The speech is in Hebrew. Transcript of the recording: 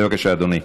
בבקשה, אדוני.